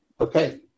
Okay